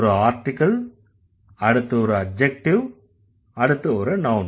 ஒரு ஆர்ட்டிகிள் அடுத்து ஒரு அட்ஜக்டிவ் அடுத்து ஒரு நவ்ன்